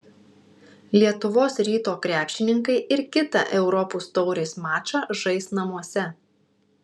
lietuvos ryto krepšininkai ir kitą europos taurės mačą žais namuose